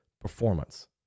performance